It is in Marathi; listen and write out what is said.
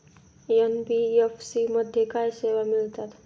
एन.बी.एफ.सी मध्ये काय सेवा मिळतात?